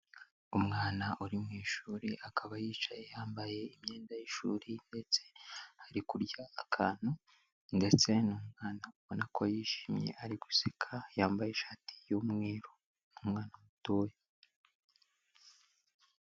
Umwana uri mu ishuri akaba yicaye yambaye imyenda y'ishuri, ndetse ari kurya akantu ndetse n'umwana ubona ko yishimye, ari guseka yambaye ishati y'umweru, ni umwana mutoya.